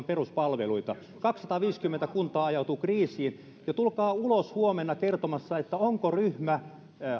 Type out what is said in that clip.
peruspalveluita kaksisataaviisikymmentä kuntaa ajautuu kriisiin tulkaa ulos huomenna kertomaan onko ryhmä